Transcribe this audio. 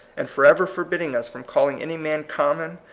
and forever forbidding us from calling any man common,